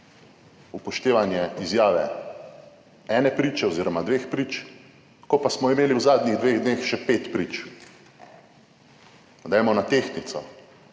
upoštevanje izjave ene priče oziroma dveh prič, ko pa smo imeli v zadnjih dveh dneh še 5 prič, pa dajmo na tehtnico,